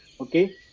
Okay